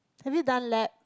have you done labs